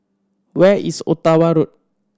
where is Ottawa Road